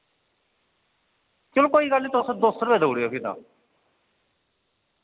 चलो कोई गल्ल नि तुस दो सौ रपेआ देऊड़ेयो फ्ही तां